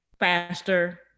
Faster